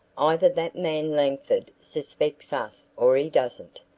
either that man langford suspects us or he doesn't.